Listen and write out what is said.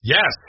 Yes